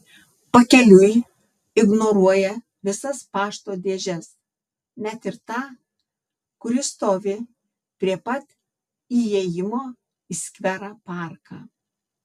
pakeliui ignoruoja visas pašto dėžes net ir tą kuri stovi prie pat įėjimo į skverą parką